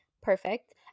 perfect